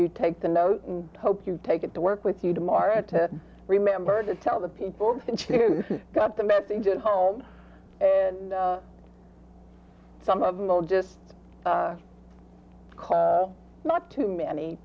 you take the note and hope you take it to work with you tomorrow to remember to tell the people can choose got the message at home and some of them will just call not too many